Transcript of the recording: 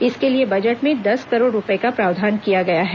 इसके लिए बजट में दस करोड़ रूपए का प्रावधान किया गया है